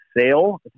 sale